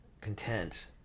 Content